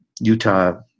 Utah